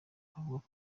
avuga